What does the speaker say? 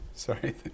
sorry